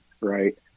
right